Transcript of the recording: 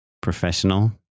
professional